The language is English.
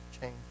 change